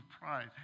pride